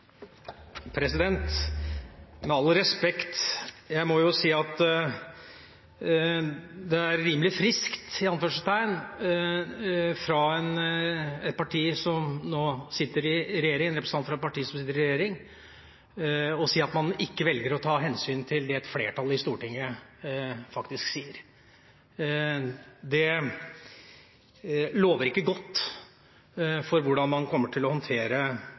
rimelig «friskt» av en representant fra et parti som nå sitter i regjering, å si at man ikke velger å ta hensyn til det et flertall i Stortinget faktisk sier. Det lover ikke godt for hvordan man kommer til å håndtere